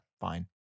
Fine